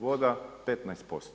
Voda 15%